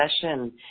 session